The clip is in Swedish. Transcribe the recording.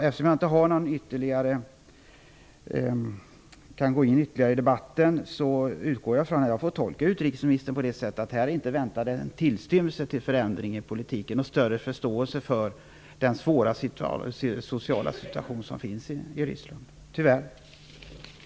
Eftersom jag inte kan gå in ytterligare i debatten, får jag tolka utrikesministern så att man inte kan vänta sig någon tillstymmelse till förändring av politiken. Man kan tyvärr inte förvänta sig någon större förståelse för den svåra sociala situationen i